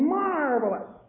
marvelous